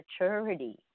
maturity